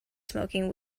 smoking